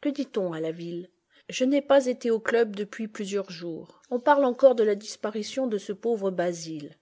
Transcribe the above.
que dit-on à la ville je n'ai pas été au club depuis plusieurs jours on parle encore de la disparition de ce pauvre basil